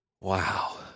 Wow